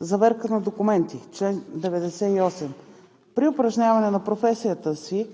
Заверка на документи Чл. 98. При упражняване на професията си